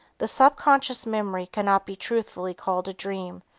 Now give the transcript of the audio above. the subconscious memory cannot be truthfully called a dream,